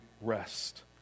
rest